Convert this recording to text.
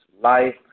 life